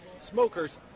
smokers